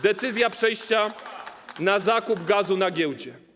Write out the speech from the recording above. Decyzja przejścia na zakup gazu na giełdzie.